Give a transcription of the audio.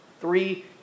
Three